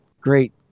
great